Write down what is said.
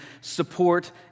support